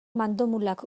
mandomulak